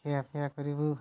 ଖିଆପିଆ କରିବୁ